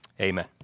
Amen